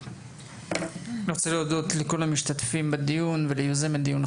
אני רוצה להודות לכל המשתתפים בדיון וליוזם הדיון,